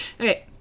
Okay